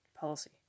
policy